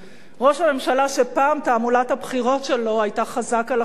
ראש הממשלה שפעם תעמולת הבחירות שלו היתה "חזק על ה'חמאס'"